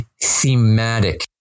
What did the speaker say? thematic